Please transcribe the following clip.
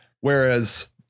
Whereas